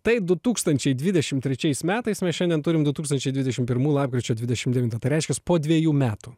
tai du tūkstančiai dvidešim trečiais metais mes šiandien turim du tūkstančiai dvidešim pirmų lapkričio dvidešim devintą tai reiškias po dviejų metų